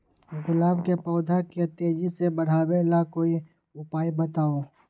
गुलाब के पौधा के तेजी से बढ़ावे ला कोई उपाये बताउ?